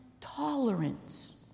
tolerance